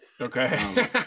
Okay